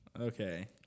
Okay